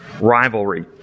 rivalry